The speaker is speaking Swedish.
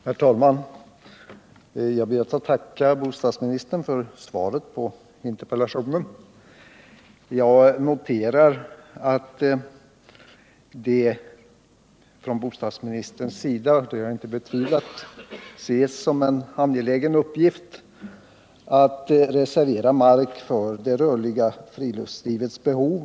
Herr talman! Jag ber att få tacka bostadsministern för svaret på interpellationen. Jag noterar att bostadsministern ser det som angeläget — och det har jag inte betvivlat —- att man reserverar mark för det rörliga friluftslivets behov.